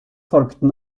folgten